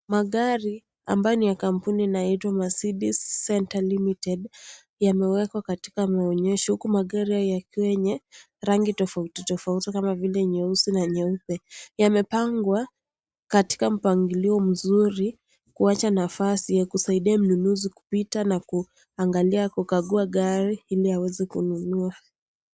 Magari ambayo ni ya kampuni inayoitwa Mercedes centre limited, yamewekwa katika maonyesho huku magari yakiwa yenye rangi tofauti tofauti kama vile nyeusi na nyeupe. Yamepangwa katika mpangilio mzuri kuacha nafasi ya kusaidia mnunuzi kupita na kuangalia kukagua gari ili aweze kununua.